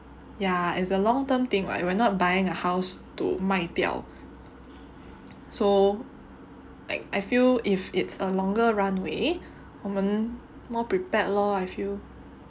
ya as a long term thing [what] we are not buying a house to 卖掉 so like I feel if it's a longer runway 我们 more prepared lor I feel